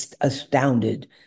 astounded